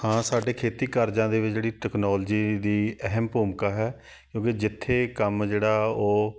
ਹਾਂ ਸਾਡੇ ਖੇਤੀ ਕਾਰਜਾਂ ਦੇ ਵਿੱਚ ਜਿਹੜੀ ਟੈਕਨੋਲਜੀ ਦੀ ਅਹਿਮ ਭੂਮਿਕਾ ਹੈ ਕਿਉਂਕਿ ਜਿੱਥੇ ਕੰਮ ਜਿਹੜਾ ਉਹ